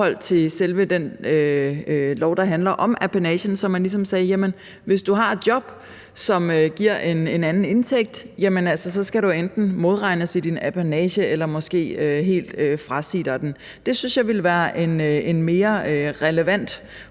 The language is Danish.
af selve den lov, der handler om apanagen, så man ligesom sagde: Jamen hvis du har et job, som giver en anden indtægt, så skal du enten modregnes i din apanage eller måske helt frasige dig den. Det synes jeg ville være en mere relevant